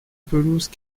pelouse